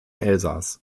elsass